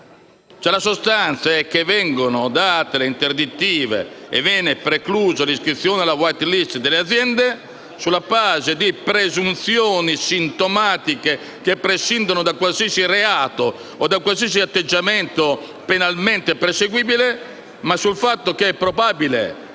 La sostanza è che vengono date le interdittive e viene preclusa l'iscrizione alla *white list* delle aziende sulla base di presunzioni sintomatiche, che prescindono da qualsiasi reato o atteggiamento penalmente perseguibile e che attengono,